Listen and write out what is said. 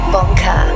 Bonka